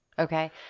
Okay